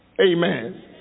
Amen